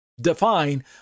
define